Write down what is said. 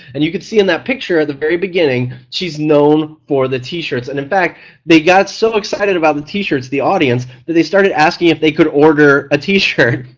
and you can see in that picture in the very beginning she is known for the t-shirts, and in fact they got so excited about the t-shirts, the audience that they started asking if they could order a t-shirt,